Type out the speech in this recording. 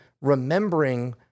remembering